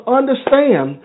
understand